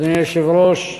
אדוני היושב-ראש,